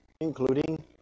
including